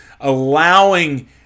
allowing